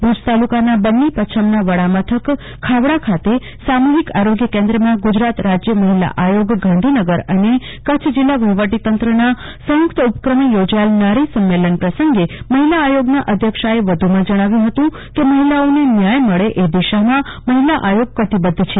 ભુજ તાલુકાના બન્ની પચ્છમના વડામથક ખાવડા ખાતે સામુહિક આરોગ્ય કેન્દ્રમાં ગુજરાત રાજ્ય મહિલા આયોગ ગાંધીનગર અને કચ્છ જિલ્લા વફીવટીતંત્રના સંયુકત ઉપક્રમે યોજાયેલા નારી સંમેલન પ્રસંગે મહિલા આયોગના અધ્યક્ષાએ વધુમાં જણાવ્યું ફતું કે મહિલાઓને ન્યાય મળે એ દિશામાં મહિલા આયોગ કદીબધ્ધ છે